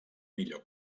millor